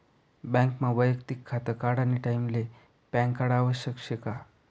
बँकमा वैयक्तिक खातं काढानी टाईमले पॅनकार्ड आवश्यक शे का?